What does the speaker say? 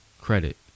credit